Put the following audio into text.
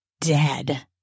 dead